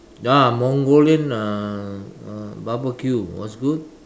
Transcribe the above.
ya Mongolian uh uh barbecue was good